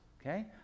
Okay